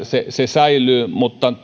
se se säilyy mutta